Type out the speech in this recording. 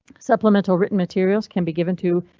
supplemental written materials can be given to.